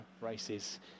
races